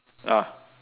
ah